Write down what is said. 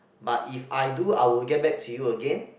but if I do I will get back to you again